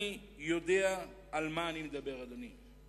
אני יודע על מה אני מדבר, אדוני.